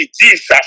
Jesus